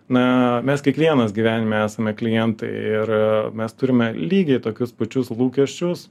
na mes kiekvienas gyvenime esame klientai ir mes turime lygiai tokius pačius lūkesčius